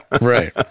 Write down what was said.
Right